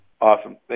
Awesome